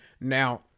Now